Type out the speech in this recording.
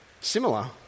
similar